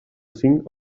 cinc